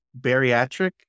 bariatric